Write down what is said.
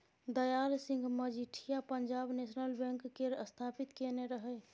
Dayal Singh Majithia Punjab National Bank केर स्थापित केने रहय